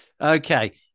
okay